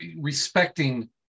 respecting